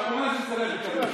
ואבו מאזן סירב לקבל.